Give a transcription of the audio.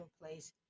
place